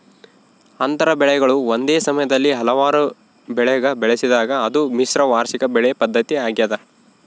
ಅಂತರ ಬೆಳೆಗಳು ಒಂದೇ ಸಮಯದಲ್ಲಿ ಹಲವಾರು ಬೆಳೆಗ ಬೆಳೆಸಿದಾಗ ಅದು ಮಿಶ್ರ ವಾರ್ಷಿಕ ಬೆಳೆ ಪದ್ಧತಿ ಆಗ್ಯದ